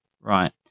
Right